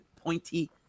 pointy